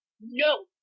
No